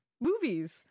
movies